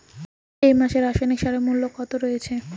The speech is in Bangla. এই মাসে রাসায়নিক সারের মূল্য কত রয়েছে?